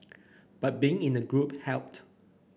but being in a group helped